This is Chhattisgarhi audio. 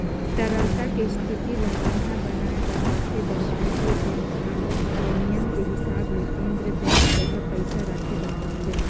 तरलता के इस्थिति ल बड़िहा बनाये बर राखे बर वाणिज्य बेंक मन ले नियम के हिसाब ले केन्द्रीय बेंक जघा पइसा राखे बर परथे